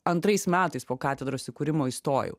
antrais metais po katedros įkūrimo įstojau